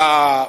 שמפעילה,